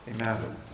Amen